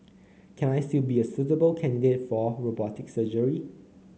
can I still be a suitable candidate for robotic surgery